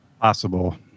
Possible